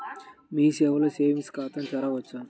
మీ సేవలో సేవింగ్స్ ఖాతాను తెరవవచ్చా?